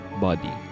body